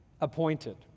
appointed